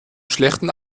schlechten